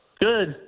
Good